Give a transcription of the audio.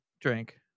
drink